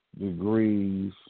degrees